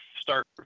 start